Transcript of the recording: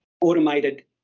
automated